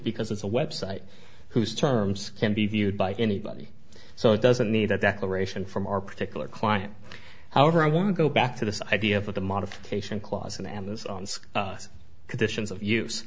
because it's a website whose terms can be viewed by anybody so it doesn't need a declaration from our particular client however i want to go back to this idea of the modification clause in amazon's conditions of use